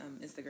Instagram